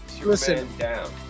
listen